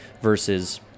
versus